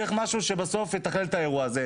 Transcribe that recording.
צריך משהו שבסוף יתכלל את האירוע הזה.